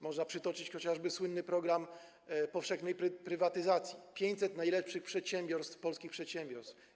Można przytoczyć chociażby słynny program powszechnej prywatyzacji 500 najlepszych polskich przedsiębiorstw.